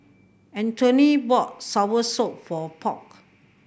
Anthony bought soursop for Polk